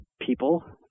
people